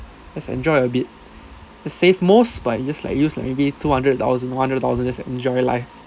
must enjoy a bit save most but just like use like maybe two hundred thousand one hundred thousand just enjoy life